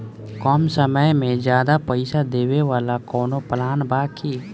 कम समय में ज्यादा पइसा देवे वाला कवनो प्लान बा की?